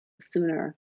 sooner